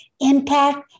impact